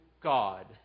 God